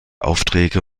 aufträge